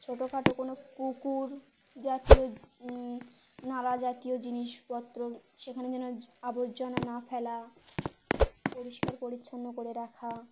ছোটোখাটো কোনো পুকুর জাতীয় নালা জাতীয় জিনিসপত্র সেখানে যেন আবর্জনা না ফেলা পরিষ্কার পরিচ্ছন্ন করে রাখা